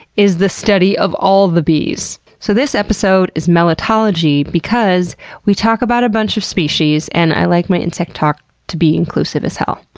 is the study of all the bees. so, this episode is melittology because we talk about a bunch of species and i like my insect talk to be inclusive as hell.